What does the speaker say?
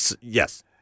yes